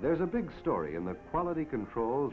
there's a big story in the quality control